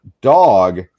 dog